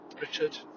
Richard